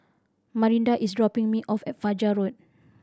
Marinda is dropping me off at Fajar Road